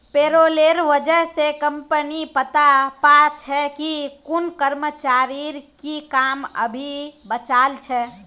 पेरोलेर वजह स कम्पनी पता पा छे कि कुन कर्मचारीर की काम अभी बचाल छ